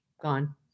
gone